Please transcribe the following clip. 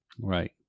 Right